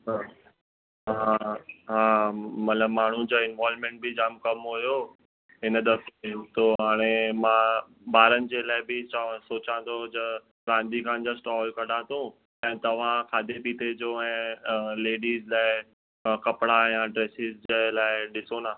हा हा हा मतिलबु माण्हूं जा इनवॉल्वमैंट बि जाम कमु हुयो हिन तो हाणे मां ॿारनि जे लाइ बि चवां सोचां थो ज रांदी कानि जा स्टॉल कढा थो ऐं तव्हां खाधे पीते जो ऐं लेडीस लाइ कपिड़ा या ड्रैसिस जे लाइ ॾिसो न